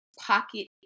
pocket